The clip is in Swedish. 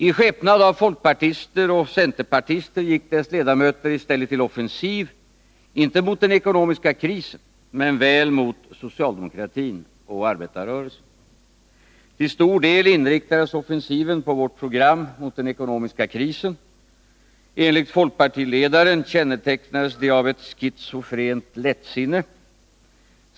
I skepnad av folkpartister och centerpartister gick dess ledamöter i stället till offensiv, inte mot den ekonomiska krisen men väl mot socialdemokratin och arbetarrörelsen. Till stor del inriktades offensiven på vårt program mot den ekonomiska krisen. Enligt folkpartiledaren kännetecknades det av ett schizofrent lättsinne.